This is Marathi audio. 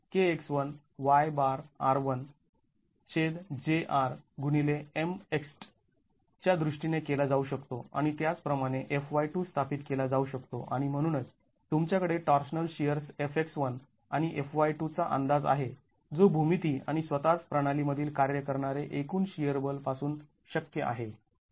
आणि त्याच प्रमाणे Fy2 स्थापित केला जाऊ शकतो आणि म्हणूनच तुमच्याकडे टॉर्शनल शिअर्स Fx1 आणि Fy2 चा अंदाज आहे जो भूमिती आणि स्वतःच प्रणाली मधील कार्य करणारे एकूण शिअर बल पासून शक्य आहे